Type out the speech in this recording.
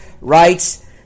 writes